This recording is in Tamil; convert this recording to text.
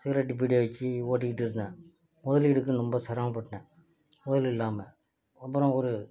சிகரெட்டு பீடி வச்சு ஓட்டிகிட்டு இருந்தேன் முதலீடுக்கு ரொம்ப சிரமப்பட்டேன் முதல் இல்லாமல் அப்புறம் ஒரு